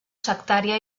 sectària